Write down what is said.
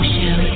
Show